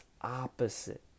opposite